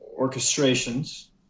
orchestrations